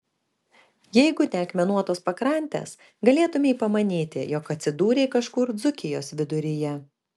jeigu ne akmenuotos pakrantės galėtumei pamanyti jog atsidūrei kažkur dzūkijos viduryje